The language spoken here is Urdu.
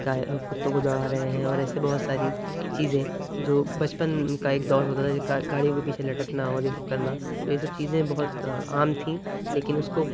کتوں کو دوڑا رہے ہیں اور ایسے بہت ساری چیزیں جو بچپن کا ایک دور ہوتا تھا جیسے گاڑیوں کے پیچھے لٹکنا اور یہ سب کرنا تو یہ سب چیزیں بہت عام تھیں لیکن اس کو